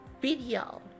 video